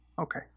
okay